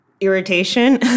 irritation